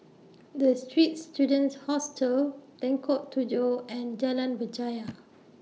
The Straits Students Hostel Lengkok Tujoh and Jalan Berjaya